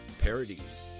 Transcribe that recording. parodies